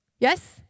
Yes